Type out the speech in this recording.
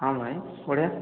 ହଁ ଭାଇ ବଢ଼ିଆ